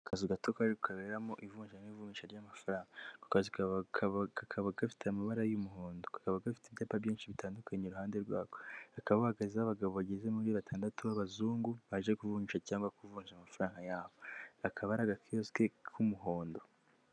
Akazu gato kari kaberamo ivunja n'ivunjisha ry'amafaranga, ako kazu kaba kakaba gafite amabara y'umuhondo, kakaba gafite ibyapa byinshi bitandukanye, iruhande kakaba hahagazeho abagabo bageze muri batandatu b'abazungu baje kuvunjisha cyangwa kuvunja amafaranga yabo, akaba ari agakiwosike k'umuhondo.